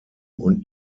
und